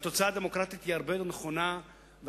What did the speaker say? והתוצאה הדמוקרטית תהיה הרבה יותר נכונה והרבה